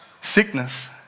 Sickness